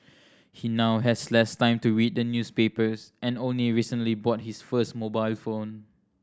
he now has less time to read the newspapers and only recently bought his first mobile phone